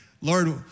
Lord